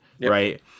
right